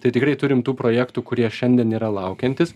tai tikrai turim tų projektų kurie šiandien yra laukiantys